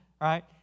right